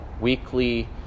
weekly